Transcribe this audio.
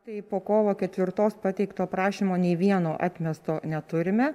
tai po kovo ketvirtos pateikto prašymo nei vieno atmesto neturime